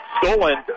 stolen